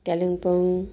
Kalimpong